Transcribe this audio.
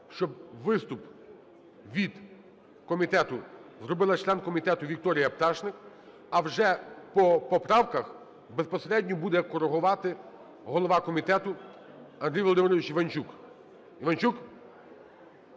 щоб виступ від комітету зробила член комітету Вікторія Пташник. А вже по поправках безпосередньо буде корегувати голова комітету Андрій Володимирович Іванчук. Іванчук.